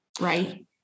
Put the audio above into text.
right